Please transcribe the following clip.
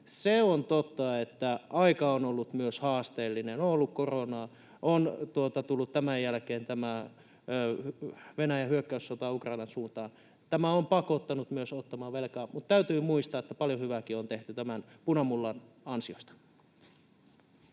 On totta, että aika on ollut myös haasteellinen — on ollut koronaa, on tullut tämän jälkeen Venäjän hyökkäyssota Ukrainan suuntaan. Tämä on pakottanut myös ottamaan velkaa, mutta täytyy muistaa, että paljon hyvääkin on tehty tämän punamullan ansiosta.